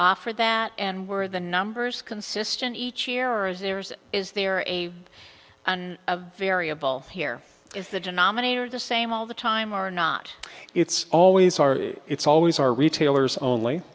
offer that and were the numbers consistent each year or is theirs is there a and a variable here is the denominator the same all the time or not it's always our it's always our retailers only